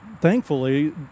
thankfully